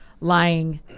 lying